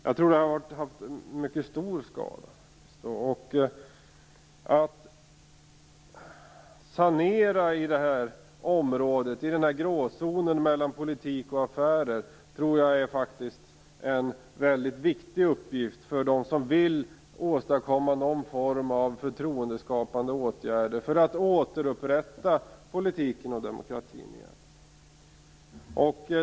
Jag tror faktiskt att det här har åstadkommit mycket stor skada. Att sanera inom gråzonen mellan politik och affärer tror jag är en väldigt viktig uppgift för dem som vill åstadkomma någon form av förtroendeskapande åtgärder i syfte att återupprätta politiken och demokratin.